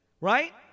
Right